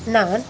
நான்